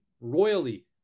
royally